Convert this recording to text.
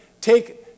take